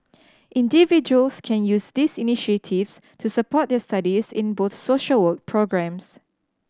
individuals can use these initiatives to support their studies in both social work programmes